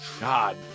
God